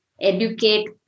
educate